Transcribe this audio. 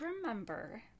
remember